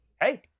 Hey